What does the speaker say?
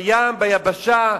בים, ביבשה,